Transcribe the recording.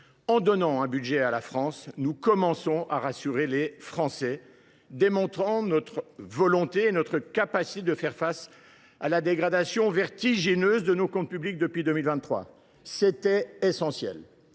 en donnant un budget à la France, nous commençons à rassurer les Français, en démontrant notre volonté et notre capacité de faire face à la dégradation vertigineuse de nos comptes publics depuis 2023. C’était essentiel.